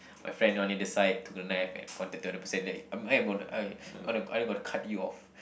my friend want in decide took the knife and pointed to the other person let it I'm I'm gonna I gonna I'm gonna cut you off